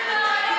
סעיף 4,